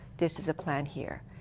this is a plan here.